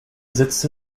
setzte